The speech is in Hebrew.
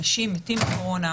אנשים מתים מקורונה.